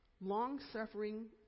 long-suffering